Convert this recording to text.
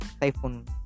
typhoon